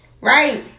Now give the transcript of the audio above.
right